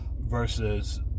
versus